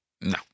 No